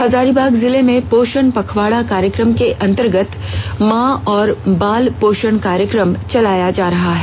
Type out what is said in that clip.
हजारीबाग जिले में पोषण पखवाड़ा कार्यक्रम के अन्तर्गत मां और बाल पोषण कार्यक्रम चलाया जा रहा है